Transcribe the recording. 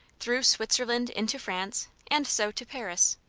through switzerland into france, and so to paris.